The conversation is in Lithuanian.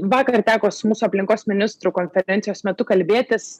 vakar teko su mūsų aplinkos ministru konferencijos metu kalbėtis